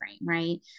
Right